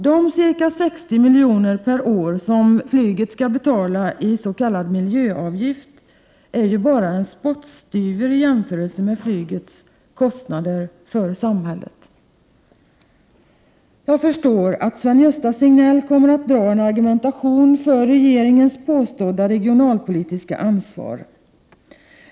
De ca 60 miljoner per år som man skall betala i s.k. miljöavgifter är ju bara en spottstyver i jämförelse med flygets kostnader för samhället. Jag förstår att Sven-Gösta Signell kommer att argumentera för regeringens påstådda regionalpolitiska ansvar.